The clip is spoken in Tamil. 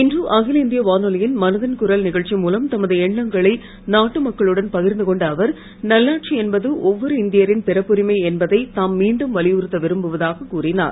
இன்று அகில இந்திய வானொலியின் மனதின் குரல் நிகழ்ச்சி மூலம் தமது எண்ணங்களை நாட்டு மக்களுடன் பகிர்ந்து கொண்ட அவர் நல்லாட்சி என்பது ஒவ்வொரு இந்தியரின் பிறப்புரிமை என்பதையும் தாம் மீண்டும் வலியுறுத்த விரும்புவதாக கூறினார்